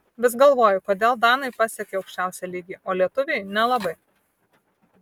vis galvoju kodėl danai pasiekią aukščiausią lygį o lietuviai nelabai